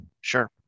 Sure